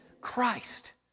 Christ